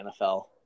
NFL